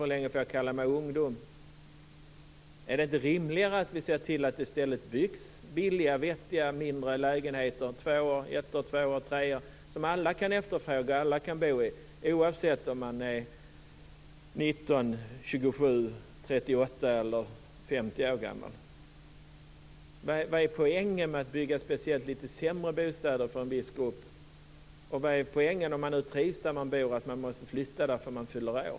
Hur länge kan man kalla sig ungdom? Är det inte rimligare att vi ser till att det i stället byggs billiga, vettiga, mindre lägenheter - ettor, tvåor och treor - som alla kan efterfråga och bo i, oavsett om man är 19, 27, 38 eller 50 år gammal? Vad är poängen med att bygga lite sämre bostäder för en viss grupp? Vad är poängen med att man måste flytta, om man trivs där man bor, därför att man fyller år?